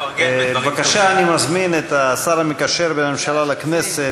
אני מזמין את השר המקשר בין הממשלה לכנסת,